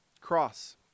cross